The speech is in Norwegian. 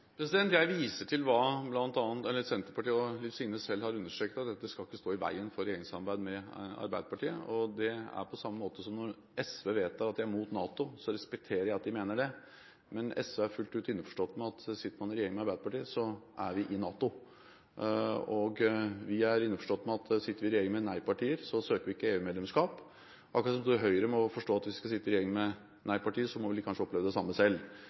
Jeg viser til hva Senterpartiet og Liv Signe Navarsete selv har understreket, at dette ikke skal stå i veien for regjeringssamarbeid med Arbeiderpartiet. Det er på samme måte som at når SV vedtar at de er mot NATO, respekterer jeg at de mener det, men SV er fullt ut innforstått med at sitter man i regjering med Arbeiderpartiet, så er vi i NATO. Vi er innforstått med at sitter vi i regjering med nei-partier, så søker vi ikke EU-medlemskap, akkurat som Høyre må forstå at hvis de skal sitte i regjering med nei-partier, så må de kanskje oppleve det samme selv.